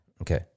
Okay